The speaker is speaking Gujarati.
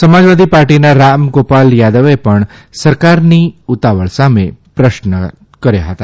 સમાજવાદી પાર્ટીના રામગોપાલ યાદવે પણ સરકારની ઉતાવળ સામે પ્રશ્ન કર્યા હતા